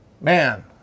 Man